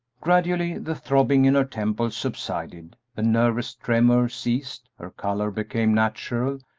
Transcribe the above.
gradually the throbbing in her temples subsided, the nervous tremor ceased, her color became natural,